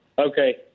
Okay